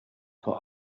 vor